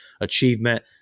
achievement